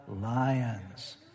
lions